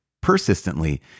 persistently